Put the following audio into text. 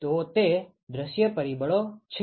તો તે દૃશ્ય પરિબળો છે